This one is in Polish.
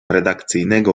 redakcyjnego